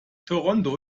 toronto